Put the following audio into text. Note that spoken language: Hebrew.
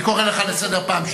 אני קורא אותך לסדר פעם שלישית.